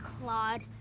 Claude